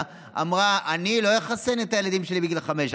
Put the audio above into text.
בקואליציה אמרה: אני לא אחסן את הילדים שלי מגיל חמש.